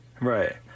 Right